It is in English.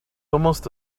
almost